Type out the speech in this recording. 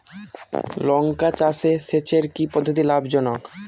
লঙ্কা চাষে সেচের কি পদ্ধতি লাভ জনক?